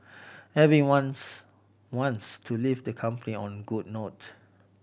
everyone's wants to leave their company on a good note